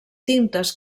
tintes